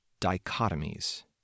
Dichotomies